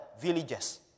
villages